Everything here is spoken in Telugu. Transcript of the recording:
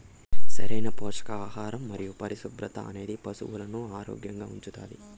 సరైన పోషకాహారం మరియు పరిశుభ్రత అనేది పశువులను ఆరోగ్యంగా ఉంచుతాది